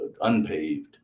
unpaved